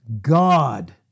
God